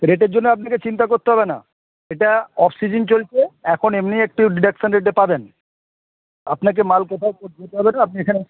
রেটের জন্য আপনাকে চিন্তা করতে হবে না এটা অফ সিজন চলছে এখন এমনিই একটু ডিডাকশন রেটটা পাবেন আপনাকে মাল কোথায় আপনি এখানে